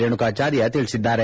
ರೇಣುಕಾಚಾರ್ಯ ತಿಳಿಸಿದ್ದಾರೆ